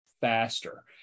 faster